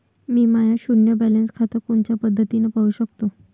मी माय शुन्य बॅलन्स खातं कोनच्या पद्धतीनं पाहू शकतो?